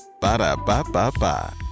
Ba-da-ba-ba-ba